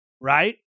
right